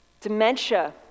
dementia